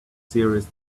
serious